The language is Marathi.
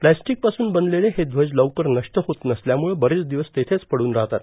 प्लास्टिकपासून बनलेले हे ध्वज लवकर नष्ट होत नसल्यामुळे बरेच दिवस तेथेच पडून राहतात